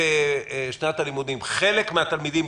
שבשנת הלימודים חלק מן התלמידים,